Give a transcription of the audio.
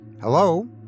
hello